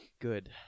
good